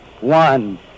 one